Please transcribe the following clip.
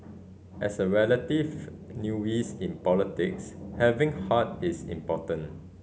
as a relative newbie in politics having heart is important